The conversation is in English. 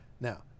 Now